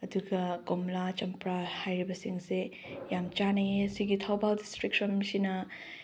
ꯑꯗꯨꯒ ꯀꯣꯝꯂꯥ ꯆꯝꯄ꯭ꯔꯥ ꯍꯥꯏꯔꯤꯕꯁꯤꯡꯁꯦ ꯌꯥꯝ ꯆꯟꯅꯩꯌꯦ ꯁꯤꯒꯤ ꯊꯧꯕꯥꯜ ꯗꯤꯁꯇ꯭ꯔꯤꯛꯂꯣꯝꯁꯤꯅ